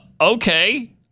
Okay